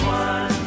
one